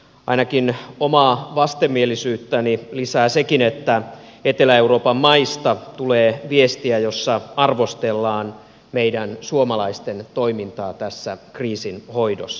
ainakin omaa vastenmielisyyttäni lisää sekin että etelä euroopan maista tulee viestiä jossa arvostellaan meidän suomalaisten toimintaa tässä kriisin hoidossa